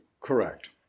Correct